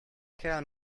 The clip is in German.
kerl